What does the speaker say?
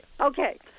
Okay